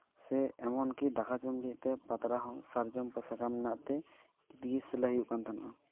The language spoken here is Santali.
ᱥᱮ ᱮᱢᱚᱱ ᱠᱤ ᱫᱟᱠᱟ ᱡᱚᱢ ᱞᱟᱹᱜᱤᱫ ᱛᱮ ᱯᱟᱛᱲᱟ ᱦᱚᱸ ᱥᱟᱨᱚᱢ ᱥᱟᱠᱟᱢ ᱨᱮᱱᱟᱜ ᱛᱮ ᱫᱤᱭᱮ ᱥᱮᱞᱟᱭ ᱦᱩᱭᱩᱜ ᱠᱟᱱ ᱛᱟᱦᱮᱱᱚᱜᱼᱟ